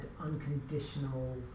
unconditional